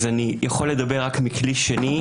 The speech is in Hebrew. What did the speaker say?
אז אני יכול לדבר רק מכלי שני.